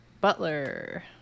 Butler